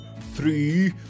three